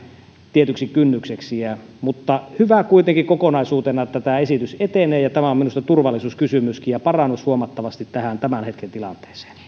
tietyksi kynnykseksi mutta on hyvä kuitenkin kokonaisuutena että tämä esitys etenee tämä on minusta turvallisuuskysymyskin ja parannus huomattavasti tämän hetken tilanteeseen